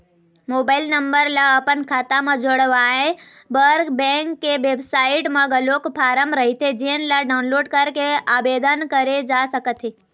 mobile number ल अपन खाता म जोड़वाए बर बेंक के बेबसाइट म घलोक फारम रहिथे जेन ल डाउनलोड करके आबेदन करे जा सकत हे